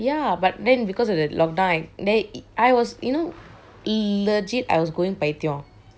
ya but then because of the lockdown I then it I was you know legit I was going பைத்தியம்:paitiyem